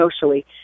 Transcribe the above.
socially